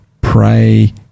Pray